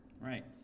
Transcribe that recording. Right